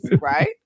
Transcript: right